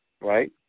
right